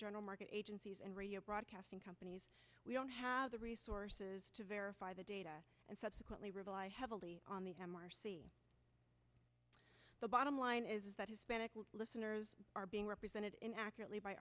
general market agencies and radio broadcasting companies we don't have the resources to verify the data and subsequently rely heavily on the m r c the bottom line is that hispanic listeners are being represented in accurately by